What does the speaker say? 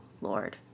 Lord